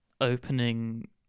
opening